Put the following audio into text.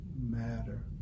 matter